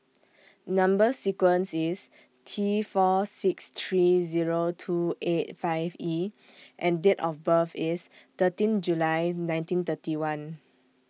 Number sequence IS T four six three Zero two eight five E and Date of birth IS thirteen July nineteen thirty one